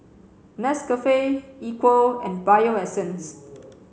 Nescafe Equal and Bio Essence